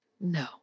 No